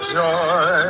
joy